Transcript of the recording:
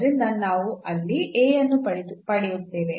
ಆದ್ದರಿಂದ ನಾವು ಅಲ್ಲಿ A ಅನ್ನು ಪಡೆಯುತ್ತೇವೆ